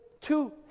two